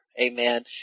Amen